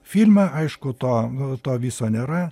filme aišku to nu to viso nėra